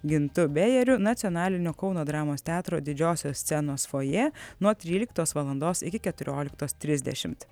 gintu bejeriu nacionalinio kauno dramos teatro didžiosios scenos fojė nuo tryliktos valandos iki keturioliktos trisdešim